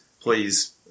please